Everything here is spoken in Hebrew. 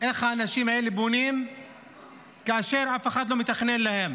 איך האנשים האלה בונים כאשר אף אחד לא מתכנן להם?